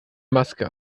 maske